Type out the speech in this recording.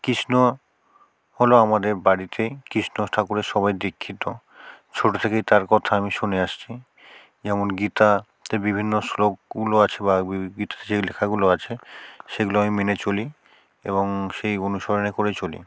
কৃষ্ণ হলো আমাদের বাড়িতে কৃষ্ণ ঠাকুরের সবাই দীক্ষিত ছোটো থেকেই তার কথা আমি শুনে আসছি যেমন গীতাতে বিভিন্ন শ্লোকগুলো আছে যে লেখাগুলো আছে সেগুলো আমি মেনে চলি এবং সেই অনুসরণ করে চলি